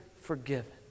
forgiven